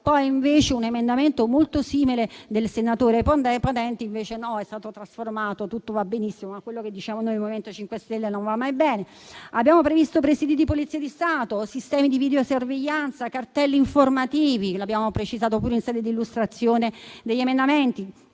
di un emendamento molto simile del senatore Potenti; tutto va benissimo, ma quello che diciamo noi del MoVimento 5 Stelle non va mai bene. Abbiamo previsto presìdi di Polizia di Stato o sistemi di videosorveglianza, cartelli informativi (lo abbiamo precisato anche in sede di illustrazione degli emendamenti),